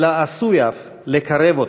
אלא עשוי אף לקרב אותו.